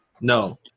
No